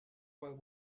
while